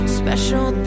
special